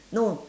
no